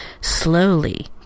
slowly